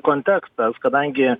kontekstas kadangi